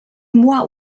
moi